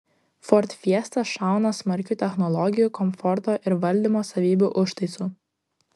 ford fiesta šauna smarkiu technologijų komforto ir valdymo savybių užtaisu